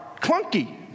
clunky